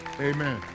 Amen